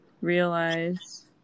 realize